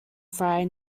fry